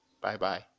Bye-bye